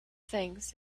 things